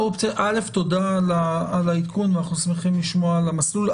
תודה על העדכון, ואנחנו שמחים לשמוע על המסלול.